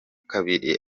kabiri